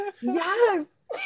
Yes